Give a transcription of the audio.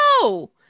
No